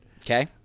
Okay